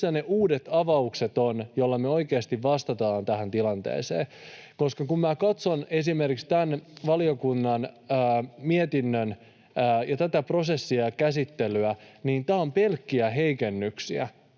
missä ovat ne uudet avaukset, joilla me oikeasti vastataan tähän tilanteeseen? Nimittäin kun minä katson esimerkiksi tämän valiokunnan mietintöä ja tätä prosessia ja käsittelyä, niin tämä on pelkkiä heikennyksiä